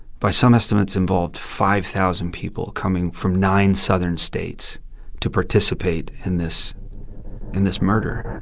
by some estimates, involved five thousand people coming from nine southern states to participate in this in this murder